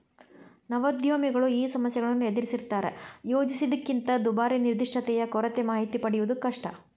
ನವೋದ್ಯಮಿಗಳು ಈ ಸಮಸ್ಯೆಗಳನ್ನ ಎದರಿಸ್ತಾರಾ ಯೋಜಿಸಿದ್ದಕ್ಕಿಂತ ದುಬಾರಿ ನಿರ್ದಿಷ್ಟತೆಯ ಕೊರತೆ ಮಾಹಿತಿ ಪಡೆಯದು ಕಷ್ಟ